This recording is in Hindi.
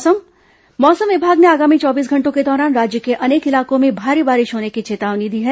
मौसम मौसम विभाग ने आगामी चौबीस घंटों के दौरान राज्य के अनेक इलाकों में भारी बारिश होने की चेतावनी दी है